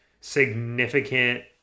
significant